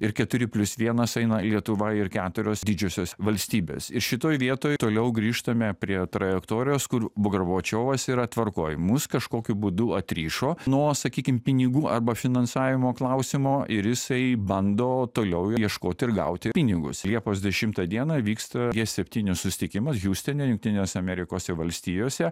ir keturi plius vienas eina lietuva ir keturios didžiosios valstybės ir šitoj vietoj toliau grįžtame prie trajektorijos kur gorbačiovas yra tvarkoj mus kažkokiu būdu atrišo nuo sakykime pinigų arba finansavimo klausimo ir jisai bando toliau ieškoti ir gauti pinigus liepos dešimtą dieną vyksta apie g septyni susitikimus hiustone jungtinėse amerikose valstijose